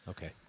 Okay